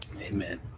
Amen